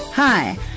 Hi